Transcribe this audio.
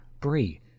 brie